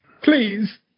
Please